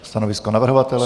Stanovisko navrhovatele?